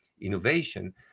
innovation